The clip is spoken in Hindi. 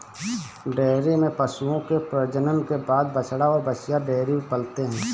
डेयरी में पशुओं के प्रजनन के बाद बछड़ा और बाछियाँ डेयरी में पलते हैं